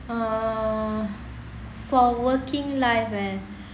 uh for working life eh